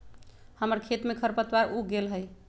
हमर खेत में खरपतवार उग गेल हई